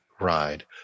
Ride